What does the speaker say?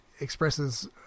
expresses